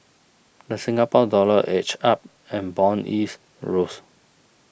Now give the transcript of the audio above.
the Singapore Dollar edged up and bond yields rose